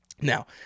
Now